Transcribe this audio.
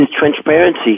transparency